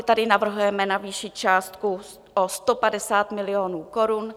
Tady navrhujeme navýšit částku o 150 milionů korun.